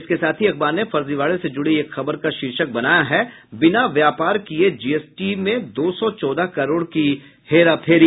इसके साथ ही अखबार ने फर्जीवाड़े से जुड़े एक खबर का शीर्षक बनाया है बिना व्यापार किये जीएसटी में दो सौ चौदह करोड़ की हेराफेरी